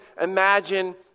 imagine